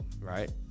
right